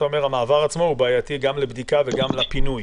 שהמעבר עצמו בעייתי גם לבדיקה וגם לפינוי.